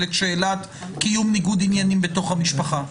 את שאלת קיום ניגוד העניינים בתוך המשפחה.